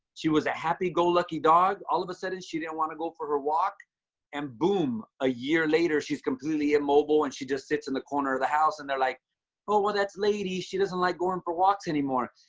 she was a happy go lucky dog. all of a sudden she didn't want to go for her walk and boom. a year later, she's completely immobile and she just sits in the corner of the house and they're like oh, well, that's lady. she doesn't like going and for walks anymore,